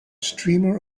streamer